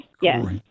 Yes